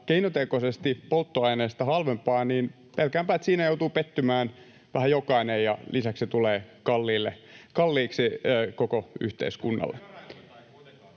keinotekoisesti polttoaineista halvempaa... Pelkäänpä, että siinä joutuu pettymään vähän jokainen, ja lisäksi tulee kalliiksi koko yhteiskunnalle.